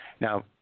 Now